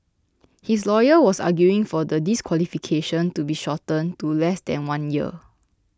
his lawyer was arguing for the disqualification to be shortened to less than one year